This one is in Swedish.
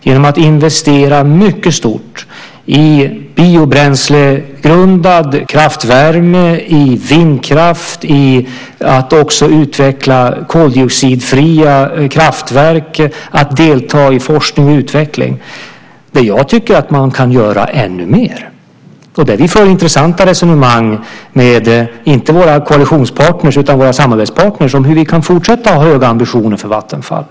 Det investerar mycket stort i biobränslegrundad kraftvärme, i vindkraft och i att också utveckla koldioxidfria kraftverk. Det deltar i forskning och utveckling. Där tycker jag att man kan göra ännu mer. Vi för intressanta resonemang, inte med våra koalitionspartner utan med våra samarbetspartner, om hur vi kan fortsätta att ha höga ambitioner för Vattenfall.